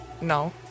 No